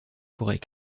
forêts